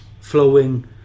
flowing